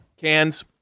Cans